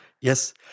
Yes